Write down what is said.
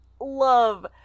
love